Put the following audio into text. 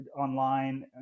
online